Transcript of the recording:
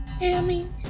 Amy